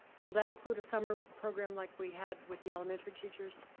will that include a summer program like we had with the elementary teachers?